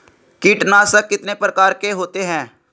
कीटनाशक कितने प्रकार के होते हैं?